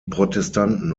protestanten